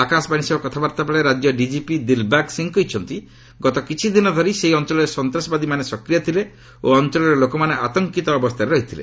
ଆକାଶବାଣୀ ସହ କଥାବାର୍ଭାବେଳେ ରାଜ୍ୟ ଡିଜିପି ଦିଲ୍ବାଗ୍ ସିଂ କହିଛନ୍ତି ଗତ କିଛିଦିନ ଧରି ସେହି ଅଞ୍ଚଳରେ ସନ୍ତାସବାଦୀମାନେ ସକ୍ରିୟ ଥିଲେ ଓ ଅଞ୍ଚଳରେ ଲୋକମାନେ ଆତଙ୍କିତ ହୋଇ ରହିଥିଲେ